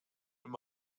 wenn